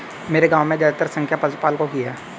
मेरे गांव में ज्यादातर संख्या पशुपालकों की है